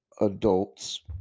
adults